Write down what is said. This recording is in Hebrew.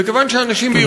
וכיוון שאנשים, תודה.